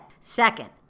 second